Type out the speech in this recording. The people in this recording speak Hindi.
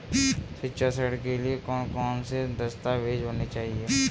शिक्षा ऋण के लिए कौन कौन से दस्तावेज होने चाहिए?